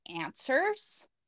answers